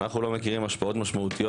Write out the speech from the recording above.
אנחנו לא מכירים השפעות משמעותיות